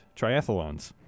triathlons